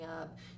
up